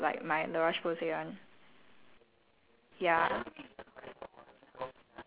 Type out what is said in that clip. and it's been working okay so far but I still want to go back to my old cleanser like my la roche posay one